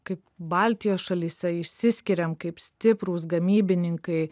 kaip baltijos šalyse išsiskiriam kaip stiprūs gamybininkai